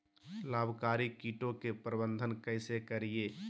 लाभकारी कीटों के प्रबंधन कैसे करीये?